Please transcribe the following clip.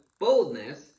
boldness